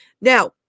now